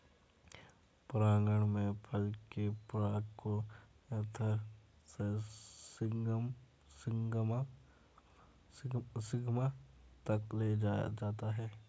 परागण में फल के पराग को एंथर से स्टिग्मा तक ले जाया जाता है